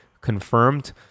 confirmed